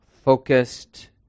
focused